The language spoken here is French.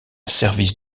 service